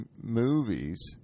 movies